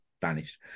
vanished